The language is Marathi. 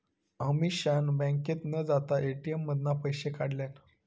अमीषान बँकेत न जाता ए.टी.एम मधना पैशे काढल्यान